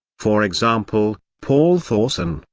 for example, paul thorsen,